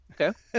okay